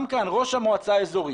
גם כאן ראש המועצה האזורית,